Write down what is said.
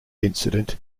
incident